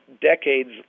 decades